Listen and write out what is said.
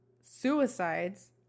suicides